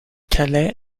calais